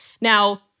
Now